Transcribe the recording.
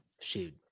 Shoot